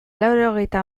laurogeita